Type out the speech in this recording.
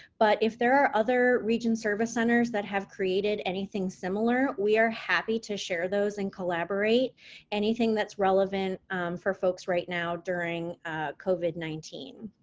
but if there are other region service centers that have created anything similar, we are happy to share those and collaborate anything that's relevant for folks right now during covid nineteen.